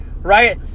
right